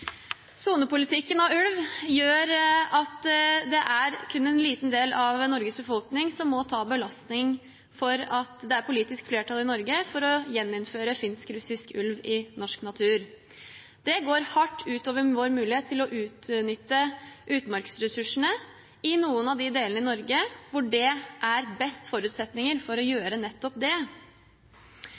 Sonepolitikken for ulv gjør at det kun er en liten del av Norges befolkning som må ta belastingen ved at det er politisk flertall i Norge for å gjeninnføre finsk-russisk ulv i norsk natur. Det går hardt ut over vår mulighet til å utnytte utmarksressursene i noen av de delene av Norge hvor det er best forutsetninger for å gjøre nettopp det.